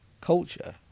culture